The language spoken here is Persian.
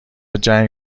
جنگ